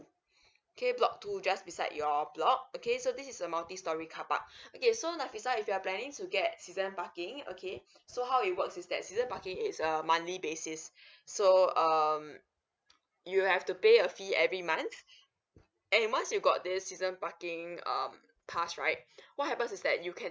okay block two just beside your block okay so this is a multi storey car park okay so nafisah if you are planning to get season parking okay so how it works is that season parking is a monthly basis so um you have to pay a fee every month and once you got this season parking um pass right what happens is that you can